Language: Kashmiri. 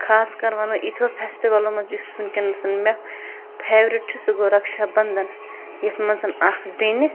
خاص کَر وَنو ییٖتھیو فٮ۪سٹوَلو منٛز یُس ونۍ کٮ۪نس مےٚ فیورٹ چھُ سُہ گوٚو رکھاشا بنٛدن یَتھ منٛز اَکھ بیٚنہِ